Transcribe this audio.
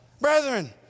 Brethren